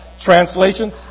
Translation